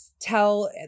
tell